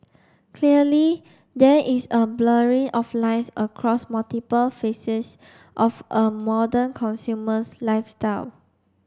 clearly there is a blurring of lines across multiple facets of a modern consumer's lifestyle